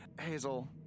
Hazel